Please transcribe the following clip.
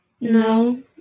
No